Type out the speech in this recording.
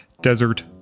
Desert